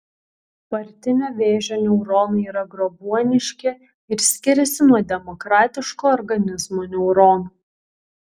partinio vėžio neuronai yra grobuoniški ir skiriasi nuo demokratiško organizmo neuronų